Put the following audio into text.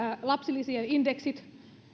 lapsilisien indeksit